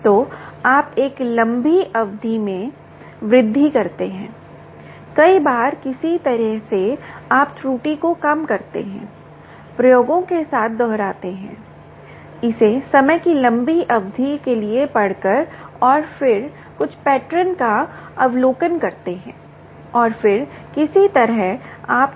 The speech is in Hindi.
तो आप एक लंबी अवधि में वृद्धि करते हैं कई बार किसी तरह से आप त्रुटि को कम करते हैं प्रयोगों के साथ दोहराते हैं इसे समय की लंबी अवधि के लिए पढ़कर और फिर कुछ पैटर्न का अवलोकन करते हैं और फिर किसी तरह आप त्रुटि को कम करते हैं